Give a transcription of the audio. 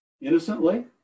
innocently